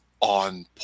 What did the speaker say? on